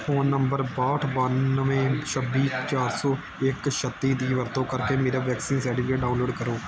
phone number ਬਾਹਠ ਬਾਨਵੇਂ ਛੱਬੀ ਚਾਰ ਸੌ ਇੱਕ ਛੱਤੀ ਦੀ ਵਰਤੋਂ ਕਰਕੇ ਮੇਰਾ ਵੈਕਸੀਨ ਸਰਟੀਫਿਕੇਟ ਡਾਊਨਲੋਡ ਕਰੋ